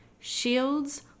Shields